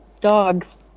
dogs